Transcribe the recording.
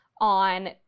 on